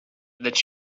that